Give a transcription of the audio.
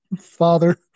father